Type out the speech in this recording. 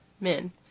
men